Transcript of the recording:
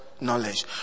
knowledge